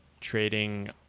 trading